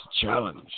challenge